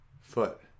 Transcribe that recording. foot